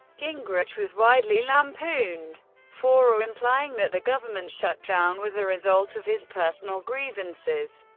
gingrich was widely lampooned for ah implying that the government shutdown was a result of his personal grievances,